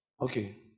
Okay